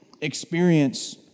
experience